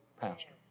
Pastor